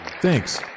Thanks